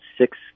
six